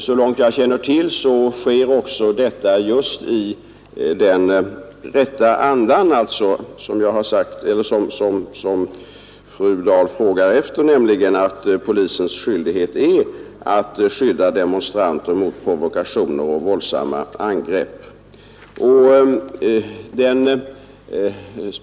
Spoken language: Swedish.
Så långt jag känner till sker detta just i den rätta andan, som fru Dahl frågar efter, så att det står klart att det är polisens skyldighet att skydda demonstranter mot provokationer och våldsamma angrepp.